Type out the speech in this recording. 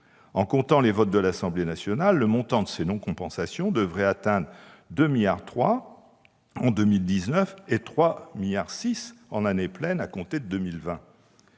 En comptant les votes de l'Assemblée nationale, le montant de ces non-compensations devrait atteindre 2,3 milliards d'euros en 2019 et 3,6 milliards d'euros, en année pleine, à compter de 2020.